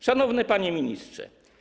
Szanowny Panie Ministrze!